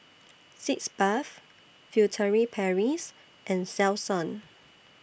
Sitz Bath Furtere Paris and Selsun